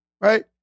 right